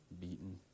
beaten